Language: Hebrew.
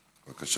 בבקשה,